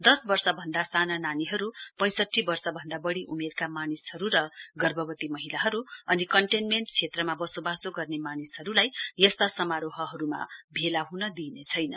दश वर्ष भन्दा साना नानीहरु पैंसठी वर्षभन्दा वढ़ी उमेरका मानिसहरु र गर्भवती महिलाहरु अनि कन्टेन्मेण्ट क्षेत्रमा वसोवासो गर्ने मानिसहरुलाई यस्ता समारोहहरुमा भेला हुन्न दिइने छैन